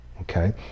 okay